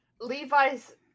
Levi's